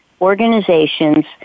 organizations